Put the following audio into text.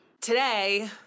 Today